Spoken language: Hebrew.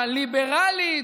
הליברלית,